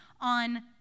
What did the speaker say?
on